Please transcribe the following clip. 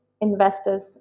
investors